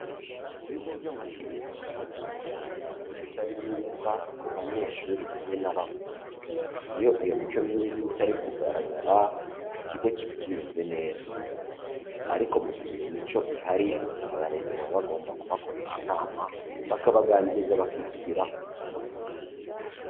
Mu bigo by'amashuri hajya hagaragaramo imico itari myiza ku banyeshuri bamwe na bamwe, iyo iyo mico myiza itari kugaragara ikigo kiba kimeze neza ariko mu gihe iyo mico ihari abarezi baba bagomba kubakoresha inama bakabaganiriza bakisubiraho.